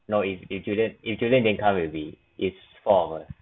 no if if julian if julian didn't come will be it's four of us